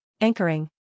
Anchoring